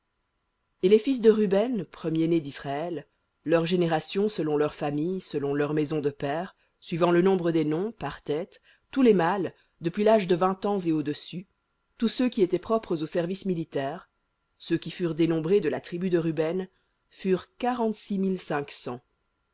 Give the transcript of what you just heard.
et les fils de ruben premier-né d'israël leurs générations selon leurs familles selon leurs maisons de pères suivant le nombre des noms par tête tous les mâles depuis l'âge de vingt ans et au-dessus tous ceux qui étaient propres au service militaire ceux qui furent dénombrés de la tribu de ruben furent